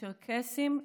צ'רקסים,